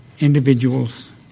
individuals